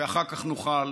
אחר כך נוכל,